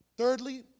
Thirdly